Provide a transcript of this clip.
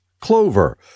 clover